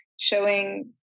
showing